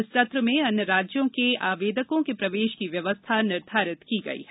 इस सत्र में अन्य राज्यों के आवेदकों के प्रवेश की व्यवस्था निर्धारित की गई है